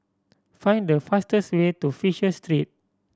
find the fastest way to Fisher Street